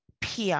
PR